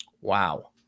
Wow